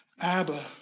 Abba